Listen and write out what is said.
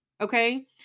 Okay